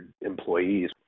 employees